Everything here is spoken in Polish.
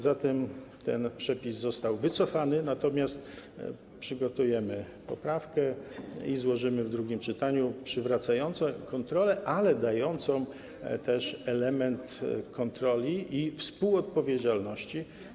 Dlatego ten przepis został wycofany, natomiast przygotujemy poprawkę - złożymy ją w drugim czytaniu - przywracającą to uprawnienie, ale dodającą również element kontroli i współodpowiedzialności.